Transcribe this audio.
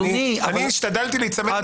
אני השתדלתי להיצמד למונחים שהיו בעבר.